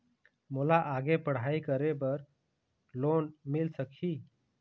मोला आगे पढ़ई करे बर लोन मिल सकही?